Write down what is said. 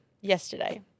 yesterday